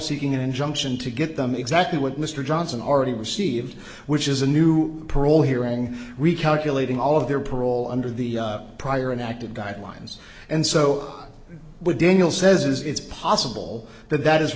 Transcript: seeking an injunction to get them exactly what mr johnson already received which is a new parole hearing recalculating all of their parole under the prior inactive guidelines and so when daniel says it's possible that that is